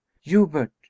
hubert